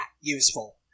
useful